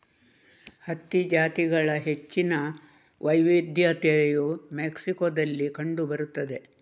ಹತ್ತಿ ಜಾತಿಗಳ ಹೆಚ್ಚಿನ ವೈವಿಧ್ಯತೆಯು ಮೆಕ್ಸಿಕೋದಲ್ಲಿ ಕಂಡು ಬರುತ್ತದೆ